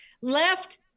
Left